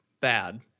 bad